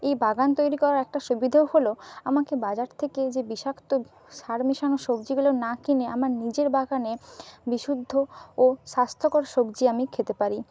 এই বাগান তৈরি করার একটা সুবিধেও হল আমাকে বাজার থেকে যে বিষাক্ত সার মিশানো সবজিগুলো না কিনে আমার নিজের বাগানের বিশুদ্ধ ও স্বাস্থ্যকর সবজি আমি খেতে পারি